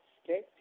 okay